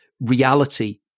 reality